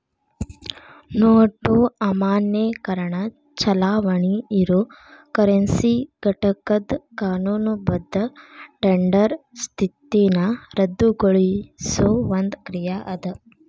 note ಅಮಾನ್ಯೇಕರಣ ಚಲಾವಣಿ ಇರೊ ಕರೆನ್ಸಿ ಘಟಕದ್ ಕಾನೂನುಬದ್ಧ ಟೆಂಡರ್ ಸ್ಥಿತಿನ ರದ್ದುಗೊಳಿಸೊ ಒಂದ್ ಕ್ರಿಯಾ ಅದ